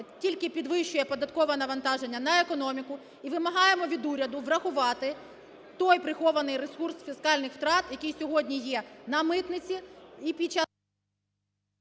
тільки підвищує податкове навантаження на економіку і вимагаємо від уряду врахувати той прихований ресурс фіскальних втрат, який сьогодні є на митниці